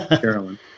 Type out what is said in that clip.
Carolyn